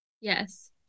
Yes